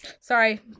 Sorry